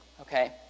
Okay